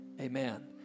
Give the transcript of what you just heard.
Amen